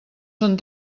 són